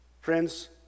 Friends